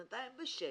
בינתיים בשקט,